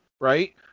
right